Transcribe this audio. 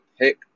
pick